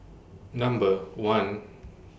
Number one